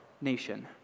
nation